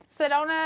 Sedona